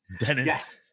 Yes